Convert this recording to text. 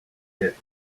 hit